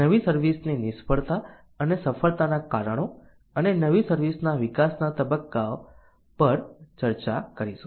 નવી સર્વિસ ની નિષ્ફળતા અને સફળતાના કારણો અને નવી સર્વિસ ના વિકાસના તબક્કાઓ પર ચર્ચા કરીશું